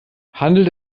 handelt